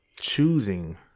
choosing